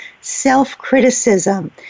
self-criticism